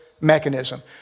mechanism